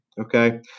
Okay